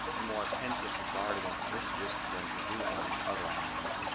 and more attentive to guard against mischief than to do any to other animals,